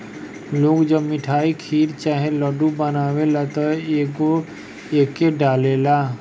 लोग जब मिठाई, खीर चाहे लड्डू बनावेला त एके डालेला